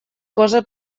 cosa